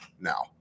now